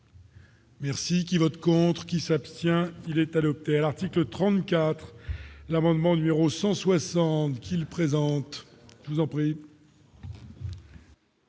Merci qui vote contre qui s'abstient, il est adopté, article 34 l'amendement numéro 160 qu'il présente, je vous en prie.